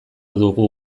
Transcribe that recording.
dugu